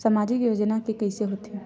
सामाजिक योजना के कइसे होथे?